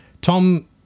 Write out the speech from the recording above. Tom